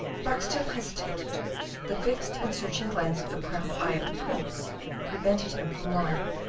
boxtel hesitated the fixed and searching glance of the proud eye of the prince prevented him from lying.